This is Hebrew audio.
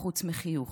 חוץ מחיוך.